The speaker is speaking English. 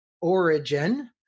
origin